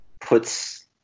puts